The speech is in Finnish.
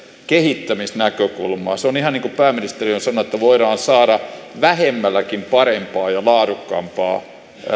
kehittämisnäkökulmaa se on ihan niin kuin pääministeri on sanonut että voidaan saada vähemmälläkin parempaa ja laadukkaampaa